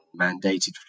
mandated